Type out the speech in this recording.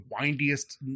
windiest